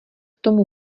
tomu